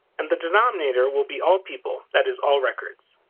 and the denominator will be all people. that is, all records.